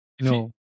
No